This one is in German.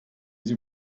sie